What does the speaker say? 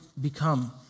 become